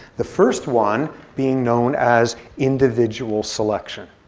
the first one being known as individual selection.